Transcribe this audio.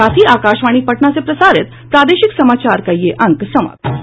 इसके साथ ही आकाशवाणी पटना से प्रसारित प्रादेशिक समाचार का ये अंक समाप्त हुआ